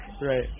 Right